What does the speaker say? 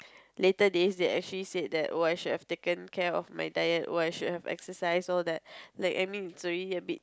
later days they actually said that oh I should have taken care of my diet oh I should have exercise all that I mean it's already a bit